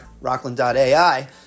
rockland.ai